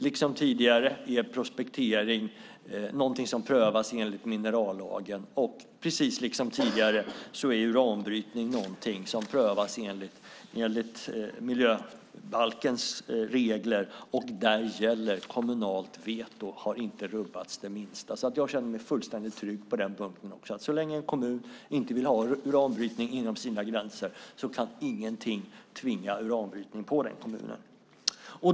Liksom tidigare är prospektering någonting som prövas enligt minerallagen, och precis som tidigare är uranbrytning någonting som prövas enligt miljöbalkens regler. Där gäller kommunalt veto. Detta har inte rubbats det minsta. Jag känner mig fullständigt trygg på den punkten. Så länge en kommun inte vill ha uranbrytning inom sina gränser kan ingenting tvinga uranbrytning på den kommunen.